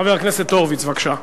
חבר הכנסת הורוביץ, בבקשה.